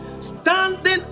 standing